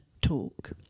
talk